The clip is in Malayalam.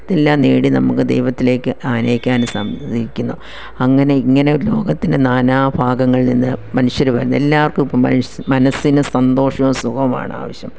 ഇതെല്ലാം നേടി നമുക്ക് ദൈവത്തിലേക്ക് ആനയിക്കാനും സംഭവിക്കുന്നു അങ്ങനെ ഇങ്ങനെ ഒരു ലോകത്തിന് നാനാ ഭാഗങ്ങളിൽ നിന്ന് മനുഷ്യര് വരുന്നു എല്ലാവർക്കും മനസ്സിന് സന്തോഷവും സുഖവുമാണ് ആവശ്യം